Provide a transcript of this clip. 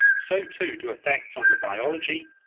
so too do effects on the biology,